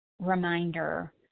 reminder